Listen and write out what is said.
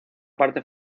parte